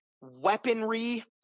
weaponry